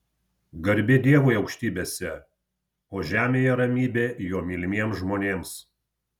garbė dievui aukštybėse o žemėje ramybė jo mylimiems žmonėms